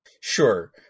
Sure